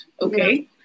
okay